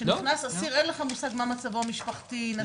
כשנכנס אסיר אין לך מושג מה מצבו המשפחתי.